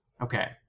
okay